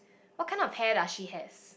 what kind of hair does she has